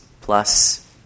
plus